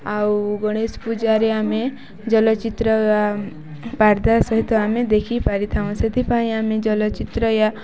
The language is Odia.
ଆଉ ଗଣେଶ ପୂଜାରେ ଆମେ ଚଳଚ୍ଚିତ୍ର ପର୍ଦ୍ଦା ସହିତ ଆମେ ଦେଖି ପାରିଥାଉଁ ସେଥିପାଇଁ ଆମେ ଚଳଚ୍ଚିତ୍ର ୟା